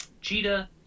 Cheetah